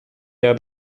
der